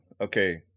Okay